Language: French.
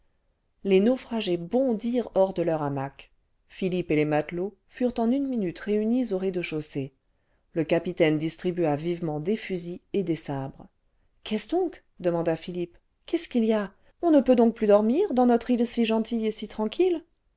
les naufragés bondiirent hors de leurs hamacs philippe et les matelots furent en une minute réunis au rez-de-chaussée le capitaine distribua vivement des fusils et dess sabres ce qu'est-ce donc dlemanda philippe qu'est-ce qu'il y a on ne peut on nous la vole notre ile donc plus dormir dans noitre île si gentille et si tranquille